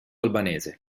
albanese